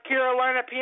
Carolina